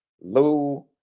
Lou